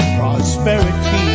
prosperity